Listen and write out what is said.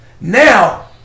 Now